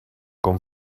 con